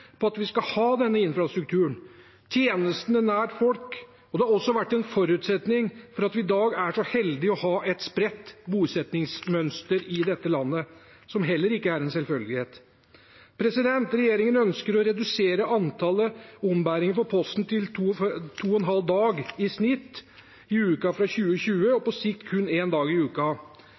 på at vi skal ha denne infrastrukturen, tjenester nær folk. Det har også vært en forutsetning for at vi i dag er så heldige å ha et spredt bosettingsmønster i dette landet, som heller ikke er en selvfølgelighet. Regjeringen ønsker å redusere antallet ombæringer for Posten til to og en halv dag i snitt i uka fra 2020 og på sikt kun én dag i uka.